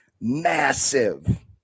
massive